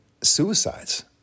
suicides